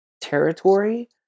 territory